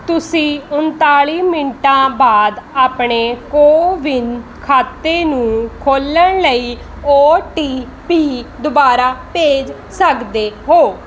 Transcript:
ਤੁਸੀਂ ਉਨਤਾਲੀ ਮਿੰਟਾਂ ਬਾਅਦ ਆਪਣੇ ਕੋਵਿਨ ਖਾਤੇ ਨੂੰ ਖੋਲ੍ਹਣ ਲਈ ਓ ਟੀ ਪੀ ਦੁਬਾਰਾ ਭੇਜ ਸਕਦੇ ਹੋ